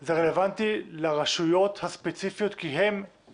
זה רלוונטי לרשויות הספציפיות כי הן